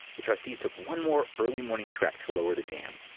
the trustees took one more early morning trek to lower the dam.